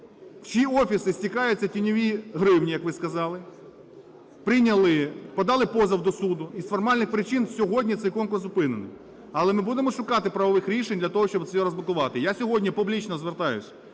в чиї офіси стікаються тіньові гривні, як ви сказали, прийняли, подали позов до суду і з формальних причин сьогодні цей конкурс зупинено. Але ми будемо шукати правових рішень для того, щоб це розблокувати. Я сьогодні публічно звертаюсь